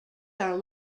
are